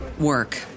work